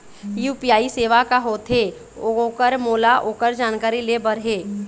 UPI सेवा का होथे ओकर मोला ओकर जानकारी ले बर हे?